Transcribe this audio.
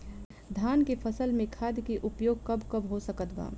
धान के फसल में खाद के उपयोग कब कब हो सकत बा?